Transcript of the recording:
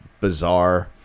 bizarre